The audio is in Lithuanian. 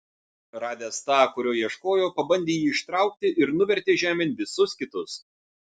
radęs tą kurio ieškojo pabandė jį ištraukti ir nuvertė žemėn visus kitus